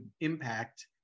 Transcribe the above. impact